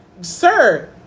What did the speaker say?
sir